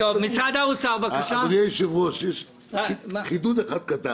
אדוני היושב-ראש, יש חידוד אחד קטן.